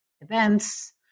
events